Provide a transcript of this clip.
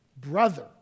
brother